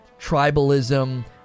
tribalism